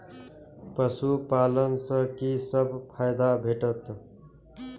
पशु पालन सँ कि सब फायदा भेटत?